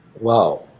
Wow